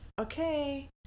okay